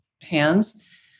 hands